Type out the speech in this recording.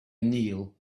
kneel